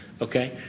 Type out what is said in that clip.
Okay